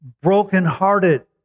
brokenhearted